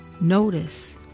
Notice